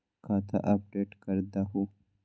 खाता अपडेट करदहु?